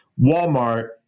Walmart